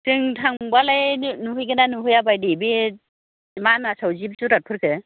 जों थांबालाय नुहैगोन्ना नुहैया बायदि बे मानासाव जिब जुनारफोरखौ